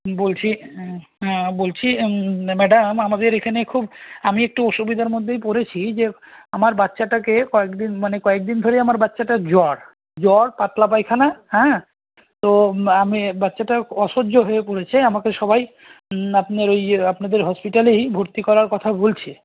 বলছি হ্যাঁ বলছি ম্যাডাম আমাদের এখানে খুব আমি একটু অসুবিধার মধ্যেই পড়েছি যে আমার বাচ্চাটাকে কয়েকদিন মানে কয়েকদিন ধরেই আমার বাচ্চাটার জ্বর জ্বর পাতলা পায়খানা হ্যাঁ তো আমি বাচ্চাটা অসহ্য হয়ে পড়েছে আমাকে সবাই আপনার ওই ইয়ে আপনাদের হসপিটালেই ভর্তি করার কথা বলছে